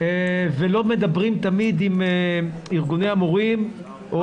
ולא מדברים תמיד עם ארגוני המורים או